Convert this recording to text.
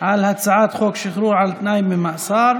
על הצעת חוק שחרור על תנאי ממאסר.